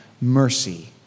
mercy